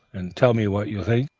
and tell me what you think?